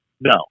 No